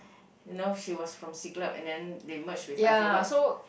you know she was from Siglah and then they merge with I forgot